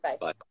Bye